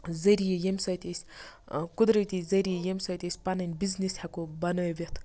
ذٔریعہ یمہِ سۭتۍ أسۍ قُدرتی ذٔریعہ یمہِ سۭتۍ أسۍ پَنٕنۍ بِزنٮ۪س ہیٚکو بَنٲیِتھ